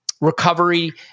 Recovery